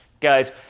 guys